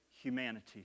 humanity